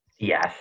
Yes